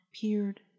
peered